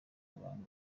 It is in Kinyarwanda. abantu